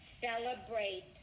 celebrate